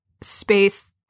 space